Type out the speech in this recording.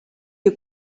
you